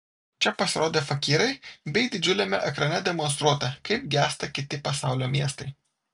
čia pasirodė fakyrai bei didžiuliame ekrane demonstruota kaip gęsta kiti pasaulio miestai